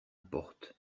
porte